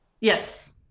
yes